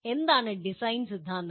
എന്താണ് "ഡിസൈൻ സിദ്ധാന്തങ്ങൾ"